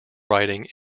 writing